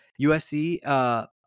USC